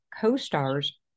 co-stars